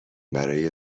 برای